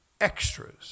Extras